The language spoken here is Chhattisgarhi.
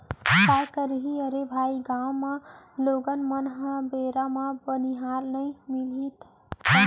काय करही अरे भाई गॉंव म लोगन मन ल बेरा म बनिहार नइ मिलही त